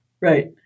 Right